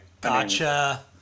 gotcha